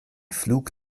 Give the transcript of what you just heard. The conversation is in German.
flug